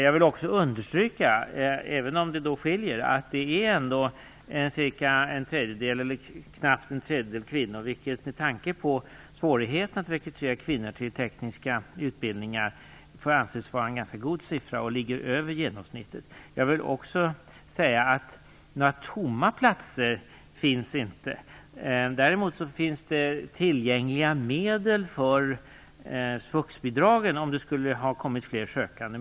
Jag vill också understryka att det ändå är knappt en tredjedel kvinnor på utbildningen, även om det är olika på olika ställen, vilket med tanke på svårigheten att rekrytera kvinnor till tekniska utbildningar får anses vara en ganska god siffra. Den ligger över genomsnittet. Det finns inga tomma platser. Däremot finns det tillgängliga medel för svux-bidragen, om det skulle ha kommit fler sökande.